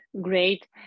Great